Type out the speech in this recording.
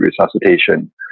resuscitation